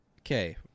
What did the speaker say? okay